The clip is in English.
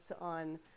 on